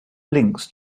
links